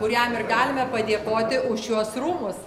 kuriam ir galime padėkoti už šiuos rūmus